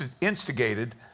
instigated